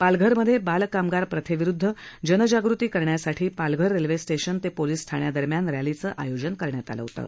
पालघरमधे बाल कामगार प्रथेविरुदध जनजागृती करण्यासाठी पालघर रेल्वे स्टेशन ते पोलीस ठाण्यादरम्यान रक्षीचं आयोजन करण्यात आलं होतं